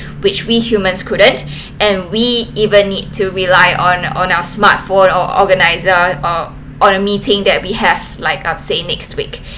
which we humans couldn't and we even need to rely on on our smartphone or organiser or or a meeting that we have like uh say next week